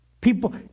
People